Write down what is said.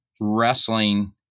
wrestling